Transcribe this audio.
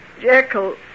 Jekyll